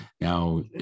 Now